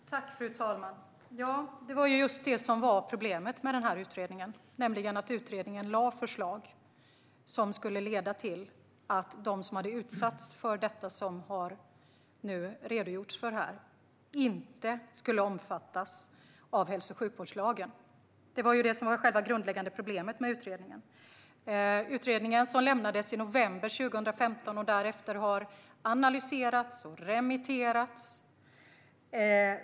Fru talman! Det var just detta som var problemet med utredningen: att den lade fram förslag som skulle leda till att de som hade utsatts för det som har redogjorts för här inte skulle omfattas av hälso och sjukvårdslagen. Det var detta som var det grundläggande problemet med utredningen. Utredningen lämnades i november 2015 och har därefter analyserats och remitterats.